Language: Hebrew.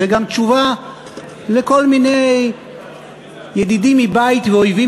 זו גם תשובה לכל מיני ידידים מבית ואויבים